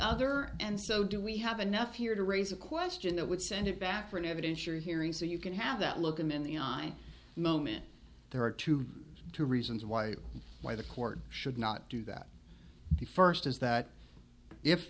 other and so do we have enough here to raise a question that would send it back for an evidentiary hearing so you can have that look him in the eye moment there are two two reasons why why the court should not do that the first is that if